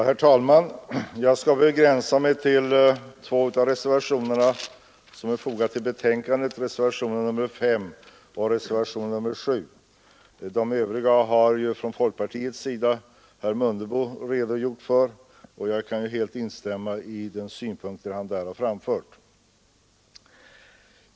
Herr talman! Jag skall begränsa mig till att behandla reservationerna 5 och 7 i utskottets betänkande. De övriga reservationerna har för folkpartiets räkning herr Mundebo redogjort för, och jag kan helt instämma i de synpunkter han därvid framfört.